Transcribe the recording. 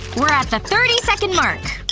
we're at the thirty second mark!